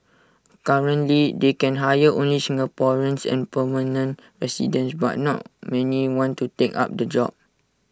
currently they can hire only Singaporeans and permanent residents but not many want to take up the job